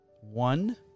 one